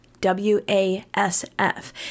W-A-S-F